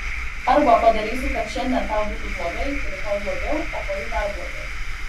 arba padarysiu kad šiandien tau būtų blogai rytoj blogiau o poryt dar blogiau